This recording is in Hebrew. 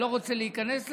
אני לא רוצה להיכנס לזה,